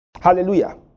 Hallelujah